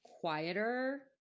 quieter